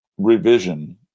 revision